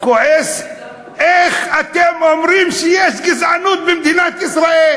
כועס: איך אתם אומרים שיש גזענות במדינת ישראל?